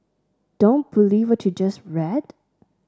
don't believe what you just read